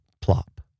plop